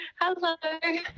Hello